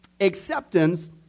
acceptance